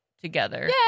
together